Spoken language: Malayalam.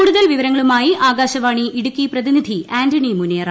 കൂടുതൽ വിവരങ്ങളുമായി ആകാശവാണി ഇടുക്കി പ്രതിനിധി ആന്റണി മുനിയറ